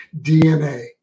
DNA